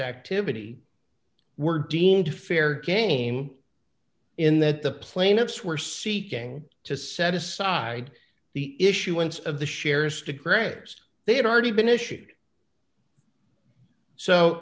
activity were deemed fair game in that the plaintiffs were seeking to set aside the issuance of the shares to grants they had already been issued so